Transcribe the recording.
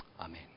Amen